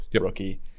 rookie